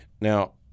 Now